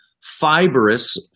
Fibrous